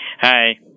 Hi